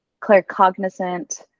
claircognizant